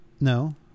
no